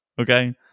okay